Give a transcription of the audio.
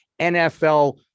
NFL